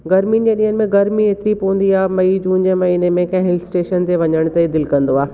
गर्मी जे ॾींहनि में गर्मी हतरी पवंदी आहे मई जून जे महीने में कंहिं हिल स्टेशन ते वञण जो दिलि कंदो आहे